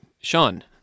Sean